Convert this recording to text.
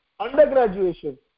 undergraduation